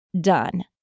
done